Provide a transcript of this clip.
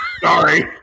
Sorry